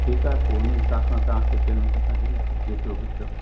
ठीकु आहे पोइ हुन हिसाब सां तव्हांखे पेमेंट असीं ॾींदासीं जेतिरो बि थियो